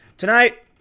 Tonight